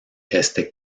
este